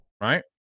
Right